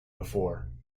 before